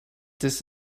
this